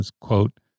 quote